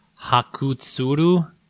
Hakutsuru